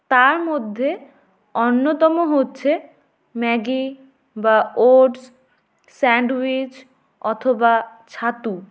তার মধ্যে অন্যতম হচ্ছে ম্যাগি বা ওটস স্যান্ডউইচ অথবা ছাতু